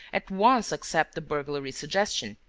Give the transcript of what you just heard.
at once accept the burglary suggestion.